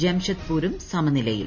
ജംഷഡ്പൂരും സമനിലയിൽ